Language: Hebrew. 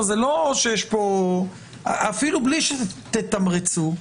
אפילו בלי שתתמרצו,